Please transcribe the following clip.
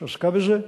שעסקה בזה.